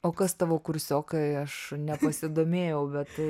o kas tavo kursiokai aš nepasidomėjau bet